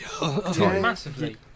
massively